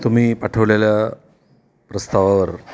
तुम्ही पाठवलेल्या प्रस्तावावर